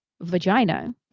vagina